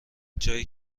جایی